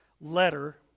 letter